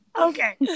Okay